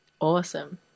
Awesome